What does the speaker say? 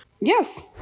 Yes